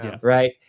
right